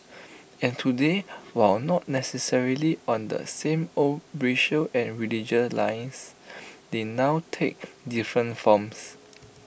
and today while not necessarily on the same old racial and religious lines they now take different forms